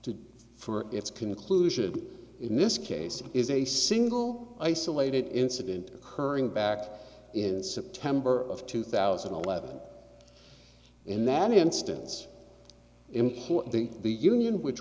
do for its conclusion in this case is a single isolated incident occurring back in september of two thousand and eleven in that instance in the union which